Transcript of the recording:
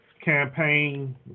campaign